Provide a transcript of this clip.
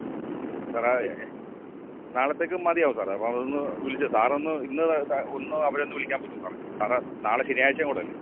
മ് സാറെ നാളത്തേക്ക് മതിയാകും സാറേ അപ്പം അതൊന്നു വിളിച്ച് സാറൊന്ന് ഇന്ന് ത ഒന്ന് അവരെയൊന്നു വിളിക്കാൻ പറ്റുമോ സാറേ സാറേ നാളെ ശനിയാഴ്ച്ച കൂടെയല്ലേ